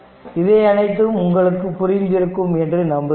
இவை அனைத்தும் உங்களுக்கு புரிந்திருக்கும் என்று நம்புகிறேன்